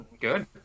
good